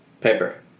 Paper